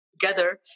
together